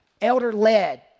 elder-led